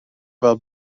fel